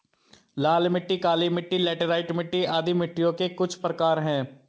लाल मिट्टी, काली मिटटी, लैटराइट मिट्टी आदि मिट्टियों के कुछ प्रकार है